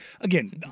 again